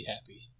happy